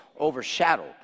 overshadowed